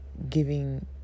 giving